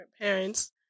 parents